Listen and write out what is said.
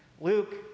luke